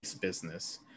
business